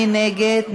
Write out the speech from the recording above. מי נגד?